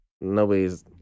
nobody's